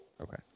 Okay